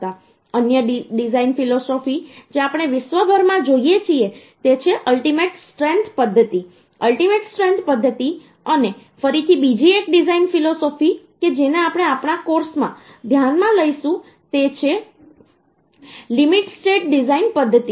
અન્ય design philosophy જે આપણે વિશ્વભરમાં જોઈએ છીએ તે છે અલ્ટીમેટ સ્ટ્રેન્થ પદ્ધતિ અલ્ટીમેટ સ્ટ્રેન્થ પદ્ધતિ અને ફરીથી બીજી એક ડિઝાઈન ફિલોસોફી કે જેને આપણે આપણા કોર્સમાં ધ્યાનમાં લઈશું તે છે લિમિટ સ્ટેટ ડિઝાઈન પદ્ધતિ